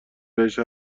بهش